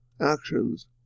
actions